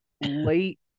late